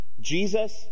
Jesus